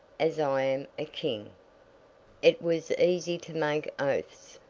as i am a king it was easy to make oaths,